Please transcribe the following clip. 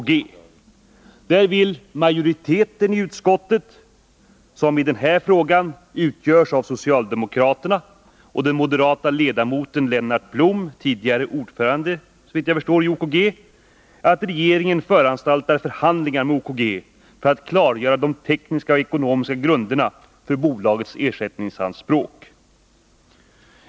På den punkten vill majoriteten i utskottet, vilken i den här frågan utgörs av socialdemokraterna och den moderate ledamoten Lennart Blom, såvitt jag förstår tidigare ordförande i OKG, att regeringen föranstaltar om förhandlingar med OKG för att klargöra de tekniska och ekonomiska grunderna för bolagets ersättningsanspråk.